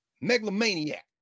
megalomaniac